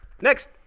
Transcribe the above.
Next